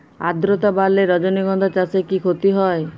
আদ্রর্তা বাড়লে রজনীগন্ধা চাষে কি ক্ষতি হয়?